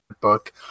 book